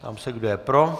Ptám se, kdo je pro.